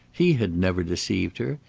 he had never deceived her.